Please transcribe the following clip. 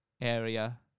area